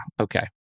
Okay